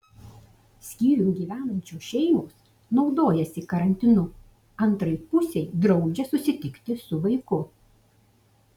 skyrium gyvenančios šeimos naudojasi karantinu antrai pusei draudžia susitikti su vaiku